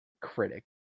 critic